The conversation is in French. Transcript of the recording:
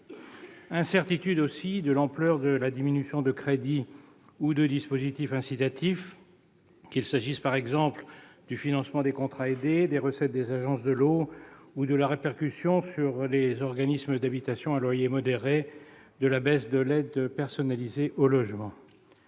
Incertitudes également quant à l'ampleur de la diminution de crédits ou de dispositifs incitatifs, qu'il s'agisse du financement des contrats aidés, des recettes des agences de l'eau ou de la répercussion sur les organismes d'habitations à loyer modéré de la baisse de l'aide personnalisée au logement.